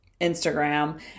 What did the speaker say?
Instagram